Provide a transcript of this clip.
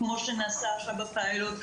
כמו שנעשה עכשיו בפיילוט,